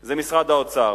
זה משרד האוצר.